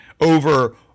over